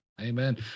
Amen